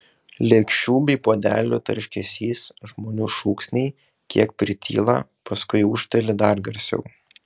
lėkščių bei puodelių tarškesys žmonių šūksniai kiek prityla paskui ūžteli dar garsiau